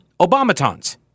Obamatons